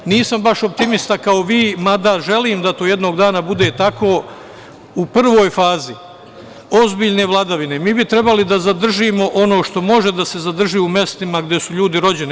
Nisam baš optimista kao vi, mada želim da to jednog dana bude tako, u prvoj fazi ozbiljne vladavine, mi bismo trebali da zadržimo ono što može da se zadrži u mestima gde su ljudi rođeni.